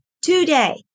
today